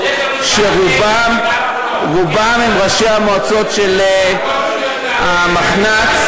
שרובם הם ראשי המועצות של המחנ"צ,